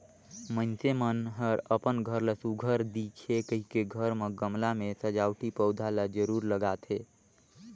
मइनसे मन हर अपन घर ला सुग्घर दिखे कहिके घर म गमला में सजावटी पउधा ल जरूर लगाथे